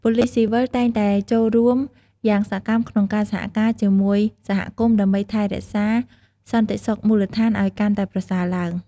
ប៉ូលិសស៊ីវិលតែងតែចូលរួមយ៉ាងសកម្មក្នុងការសហការជាមួយសហគមន៍ដើម្បីថែរក្សាសន្តិសុខមូលដ្ឋានឲ្យកាន់តែប្រសើរឡើង។